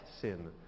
sin